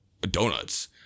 donuts